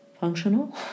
functional